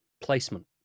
placement